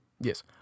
Yes